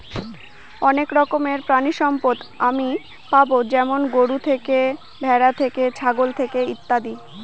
অনেক রকমের প্রানীসম্পদ আমি পাবো যেমন গরু থেকে, ভ্যাড়া থেকে, ছাগল থেকে ইত্যাদি